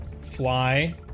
fly